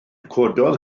cododd